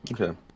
Okay